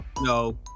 No